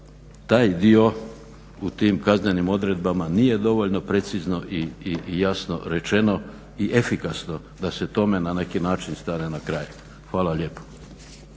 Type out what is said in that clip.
taj dio u tim kaznenim odredbama nije dovoljno precizno i jasno rečeno i efikasno da se tome na neki način stane na kraj. Hvala lijepo.